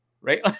right